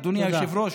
אדוני היושב-ראש,